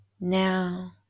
Now